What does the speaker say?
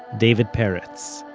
david peretz.